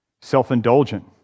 self-indulgent